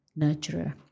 nurturer